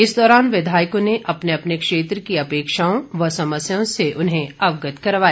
इस दौरान विधायकों ने अपने क्षेत्र की अपेक्षाओं व समस्याओं से अवगत करवाया